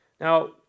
Now